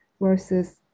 versus